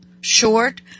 short